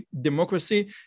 democracy